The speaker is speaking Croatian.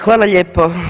Hvala lijepo.